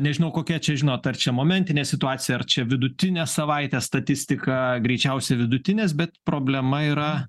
nežinau kokia čia žinot ar čia momentinė situacija ar čia vidutinė savaitės statistika greičiausiai vidutinės bet problema yra